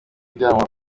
ujyanwa